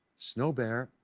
snow bear.